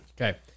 Okay